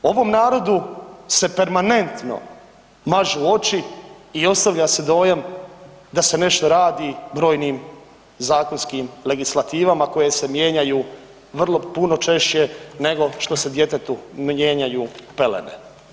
Ovom narodu se permanentno mažu oči i ostavlja se dojam da se nešto radi brojnim zakonskim legislativama koje se mijenjaju vrlo, puno češće nego što se djetetu mijenjaju pelene.